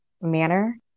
manner